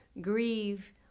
grieve